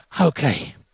Okay